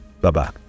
Bye-bye